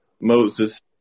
Moses